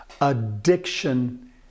Addiction